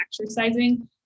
exercising